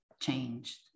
changed